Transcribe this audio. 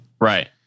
right